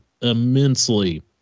immensely